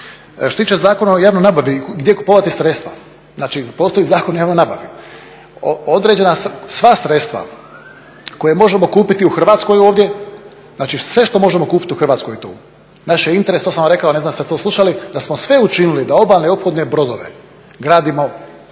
Što se tiče Zakona o javnoj nabavi, gdje kupovati sredstva, znači postoji Zakon o javnoj nabavi, određena sva sredstva koja možemo kupiti u Hrvatskoj ovdje, znači sve što možemo kupit u Hrvatskoj je tu. Naš je interes, to sam vam rekao, ne znam jeste to slušali, da smo sve učinili da obalne ophodne brodove gradimo